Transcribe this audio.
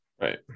Right